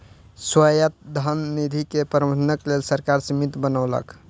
स्वायत्त धन निधि के प्रबंधनक लेल सरकार समिति बनौलक